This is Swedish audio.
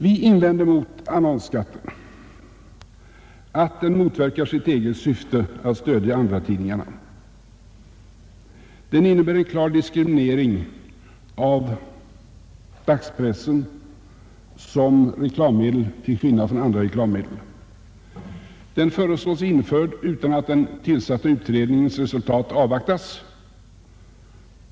Vi invänder mot annonsskatten att den motverkar sitt eget syfte att stödja andratidningarna. Den innebär en klar diskriminering av dagspressen som reklammedel till skillnad från andra reklammedel. Den föreslås införd utan att den tillsatta utredningens resultat avvaktas.